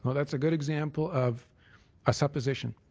that's a good example of a supposition.